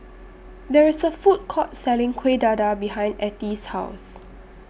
There IS A Food Court Selling Kuih Dadar behind Ethie's House